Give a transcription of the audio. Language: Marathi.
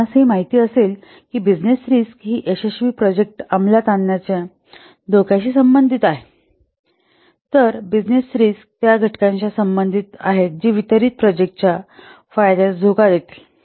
आपणास हे माहित असेल की बिजनेस रिस्क हि यशस्वी प्रोजेक्ट अंमलात येण्याच्या धोक्यांशी संबंधित आहेत तर बिजनेस रिस्क त्या घटकांशी संबंधित आहेत जी वितरित प्रोजेक्टच्या फायद्यास धोका देतील